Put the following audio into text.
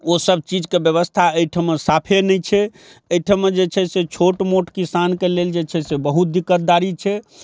ओसब चीजके व्यवस्था अइठमा साफे नहि छै अइठमा जे छै से छोट मोट किसानके लेल जे छै से बहुत दिक्कतदारी छै